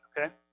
okay